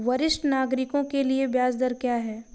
वरिष्ठ नागरिकों के लिए ब्याज दर क्या हैं?